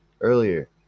earlier